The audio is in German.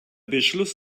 beschluss